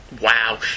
wow